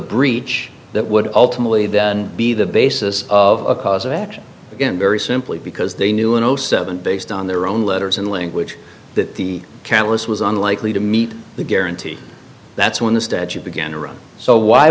breach that would ultimately then be the basis of cause of action again very simply because they knew in zero seven based on their own letters and language that the countless was unlikely to meet the guarantee that's when the statute began to run so why